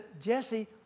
Jesse